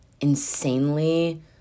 insanely